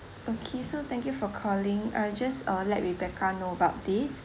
okay so thank you for calling I'll just uh let rebecca know about this